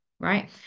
Right